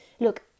Look